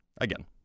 Again